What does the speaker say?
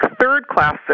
third-class